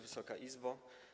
Wysoka Izbo!